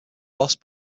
lost